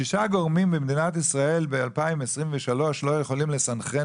שישה גורמים במדינת ישראל ב-2023 לא יכולים לסנכרן